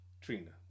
Trina